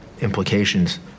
implications